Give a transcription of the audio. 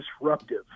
disruptive